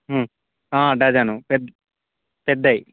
dozen పెద్ పెద్దవి